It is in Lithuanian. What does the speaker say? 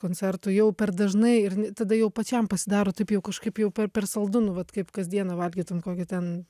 koncertų jau per dažnai tada jau pačiam pasidaro taip jau kažkaip jau per per saldu nu vat kaip kasdieną valgytum kokį ten